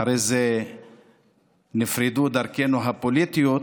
אחרי זה נפרדו דרכינו הפוליטיות